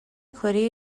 کره